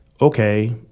okay